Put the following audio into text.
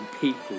people